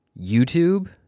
YouTube